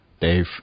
Dave